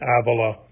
Avila